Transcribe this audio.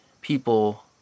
people